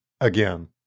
Again